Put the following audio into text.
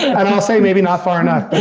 and i'll say, maybe not far enough, but